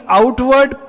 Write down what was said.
outward